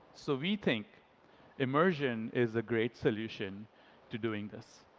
so we think immersion is a great solution to doing this.